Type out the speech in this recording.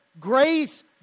grace